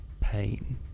pain